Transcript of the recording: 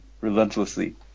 relentlessly